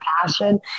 passion